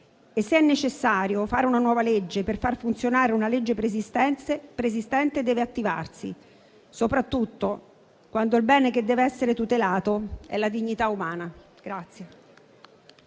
e, se è necessario fare una nuova legge per far funzionare una legge preesistente, deve attivarsi, soprattutto quando il bene da tutelare è la dignità umana.